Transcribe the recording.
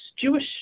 Jewish